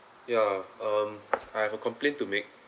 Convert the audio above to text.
yeah um I have a complaint to make